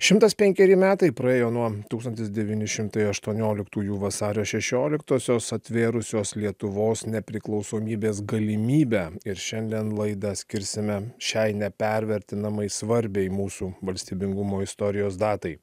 šimtas penkeri metai praėjo nuo tūkstantis devyni šimtai aštuonioliktųjų vasario šešioliktosios atvėrusios lietuvos nepriklausomybės galimybę ir šiandien laidą skirsime šiai nepervertinamai svarbiai mūsų valstybingumo istorijos datai